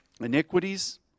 Iniquities